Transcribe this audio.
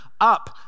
Up